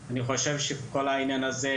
אני חושב שכל העניין הזה,